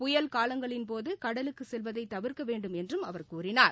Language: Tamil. புயல் காலங்களின்போது கடலுக்குச் செல்வதை தவிர்க்க வேண்டும் என்றும் அவர் கூறினார்